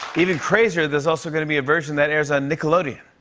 even crazier, there's also going to be a version that airs on nickelodeon.